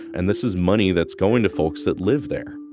and this is money that's going to folks that live there